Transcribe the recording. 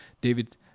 David